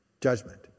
judgment